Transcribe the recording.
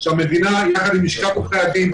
שהמדינה ביחד עם לשכת עורכי הדין,